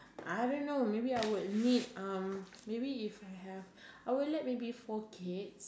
I don't know maybe I would meet um maybe if I have I would like maybe four kids